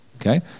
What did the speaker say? Okay